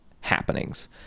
happenings